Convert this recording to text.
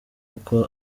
kuko